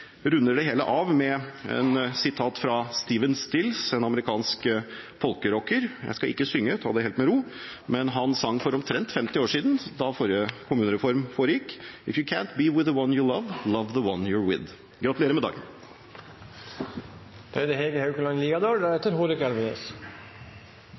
runder det hele av med et sitat fra Stephen Stills, en amerikansk folkerocker. Jeg skal ikke synge – ta det helt med ro. Han sang for omtrent 50 år siden, da forrige kommunereform foregikk: «If you can’t be with the one you love, love the one you’re with.» Gratulerer med dagen. Høyre og Fremskrittspartiets forslag om regionreform for kulturlivet provoserer. Det